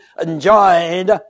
enjoyed